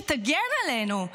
שתגן עלינו?